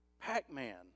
Pac-Man